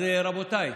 אז רבותיי,